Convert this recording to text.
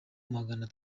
magana